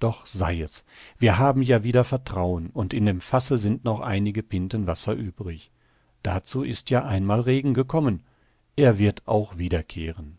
doch sei es wir haben ja wieder vertrauen und in dem fasse sind noch einige pinten wasser übrig dazu ist ja einmal regen gekommen er wird auch wiederkehren